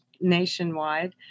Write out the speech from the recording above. nationwide